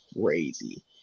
crazy